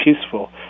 peaceful